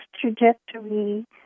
trajectory